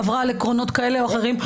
עברה על עקרונות כאלה או אחרים,